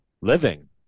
living